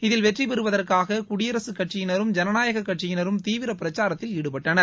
இதில் வெற்றி பெறுவதற்காக குடியரசுக் கட்சியினரும் ஜனநாயக கட்சியினரும் தீவிர பிரச்சாரத்தில் ஈடுபட்டனர்